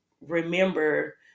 remember